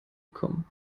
kommen